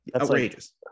Outrageous